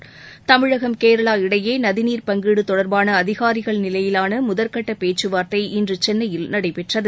ந் தமிழகம் கேரளா இடையே நதிநீர் பங்கீடு தொடர்பான அதிகாரிகள் நிலையிலான முதற்கட்ட பேச்சுவார்த்தை இன்று சென்னையில் நடைபெற்றது